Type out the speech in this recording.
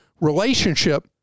relationship